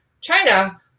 China